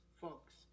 folks